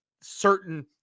certain